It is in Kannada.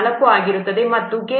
4 ಆಗಿರುತ್ತದೆ ಮತ್ತು k 1